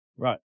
Right